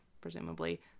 presumably